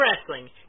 wrestling